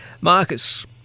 Marcus